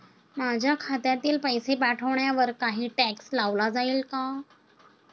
माझ्या खात्यातील पैसे पाठवण्यावर काही टॅक्स लावला जाईल का?